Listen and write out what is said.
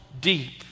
deep